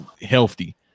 healthy